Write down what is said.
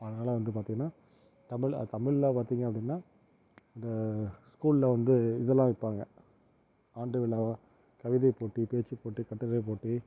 அதனால் வந்து பார்த்தீங்கன்னா தமிழ் தமிழில் பார்த்தீங்க அப்படின்னா இந்த ஸ்கூலில் வந்து இதெல்லாம் வைப்பாங்க ஆண்டு விழா கவிதைப் போட்டி பேச்சுப் போட்டி கட்டுரைப் போட்டி